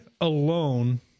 alone